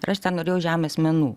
aš tenorėjau žemės menų